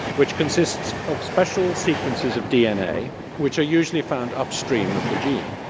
which consist of special sequences of dna which are usually found upstream of the gene.